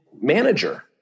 manager